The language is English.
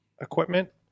equipment